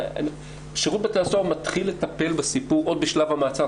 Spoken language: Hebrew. היום שירות בתי הסוהר מתחיל לטפל בסיפור עוד בשלב המעצר.